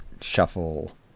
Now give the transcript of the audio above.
shuffle